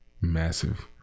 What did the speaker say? massive